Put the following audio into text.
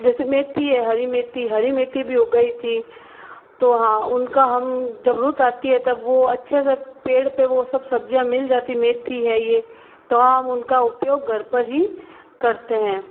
जैसे मेथी है हरी मेथी हरी मेथी भी उगाई थी तो हाँ उनका हम जब रुत आती है तब वो अच्छे से पेड़ पे वो सब सब्ज़ियाँ मिल जाती हैं मेथी है ये तो हम उनका उपयोग घर पर ही करते हैं